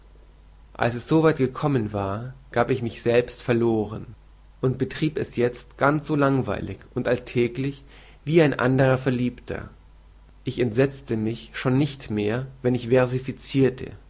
als er soweit gekommen war gab ich mich selbst verloren und betrieb es jetzt ganz so langweilig und alltäglich wie ein anderer verliebter ich entsetzte mich schon nicht mehr wenn ich